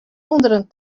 ûnderen